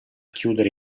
chiudere